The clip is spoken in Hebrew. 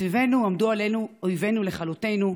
מסביבנו עמדו עלינו אויבינו לכלותינו,